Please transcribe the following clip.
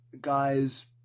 guys